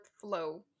flow